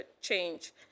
change